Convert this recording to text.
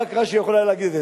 רק רש"י יכול היה להגיד את זה.